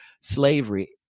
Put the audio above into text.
slavery